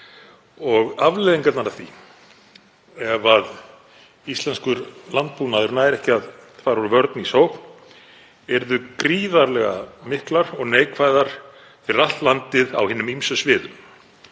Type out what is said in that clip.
Afleiðingarnar af því ef íslenskur landbúnaður nær ekki að fara úr vörn í sókn yrðu gríðarlega miklar og neikvæðar fyrir allt landið á hinum ýmsu sviðum.